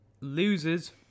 losers